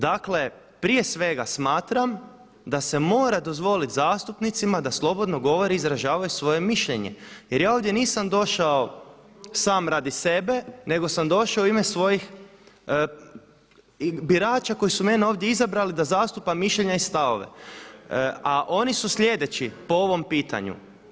Dakle, prije svega smatram da se mora dozvoliti zastupnicima da slobodno govore i izražavaju svoje mišljenje jer ja ovdje nisam došao sam radi sebe nego sam došao u ime svojih birača koji su mene ovdje izabrali da zastupam mišljenja i stavove, a oni su sljedeći po ovom pitanju.